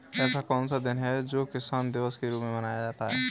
ऐसा कौन सा दिन है जो किसान दिवस के रूप में मनाया जाता है?